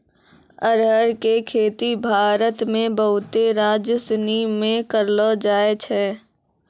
अरहर के खेती भारत मे बहुते राज्यसनी मे करलो जाय छै